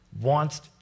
wants